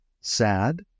Sad